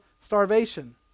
starvation